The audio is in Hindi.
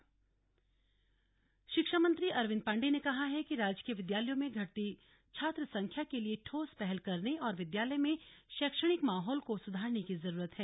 शिक्षा मंत्री अल्मोडा शिक्षा मंत्री अरविन्द पाण्डे ने कहा है कि राजकीय विद्यालयों में घटती छात्र संख्या के लिये ठोस पहल करने और विद्यालय में शैक्षणिक माहौल को सुधारने की जरूरत है